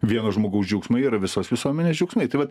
vieno žmogaus džiaugsmai yra visos visuomenės džiaugsmai tai vat